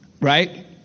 Right